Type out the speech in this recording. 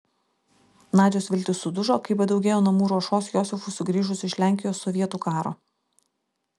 nadios viltys sudužo kai padaugėjo namų ruošos josifui sugrįžus iš lenkijos sovietų karo